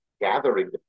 gathering